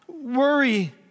worry